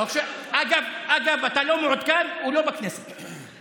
אגב, אתה לא מעודכן, הוא לא בכנסת יותר.